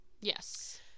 yes